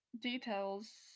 details